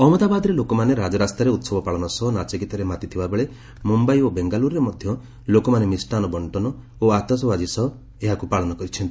ଅହମ୍ମଦବାଦରେ ଲୋକମାନେ ରାଜରାସ୍ତାରେ ଉତ୍ସବ ପାଳନ ସହ ନାଚଗୀତରେ ମାତଥିବା ବେଳେ ମ୍ରମ୍ୟାଇ ଓ ବେଙ୍ଗାଲୁରୁରେ ମଧ୍ୟ ଲୋକମାନେ ମିଷ୍ଟାନ୍ନ ବଣ୍ଟନ ଓ ଆତସବାଜି ସହ ପାଳନ କରିଥିଲେ